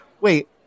Wait